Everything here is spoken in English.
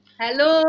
hello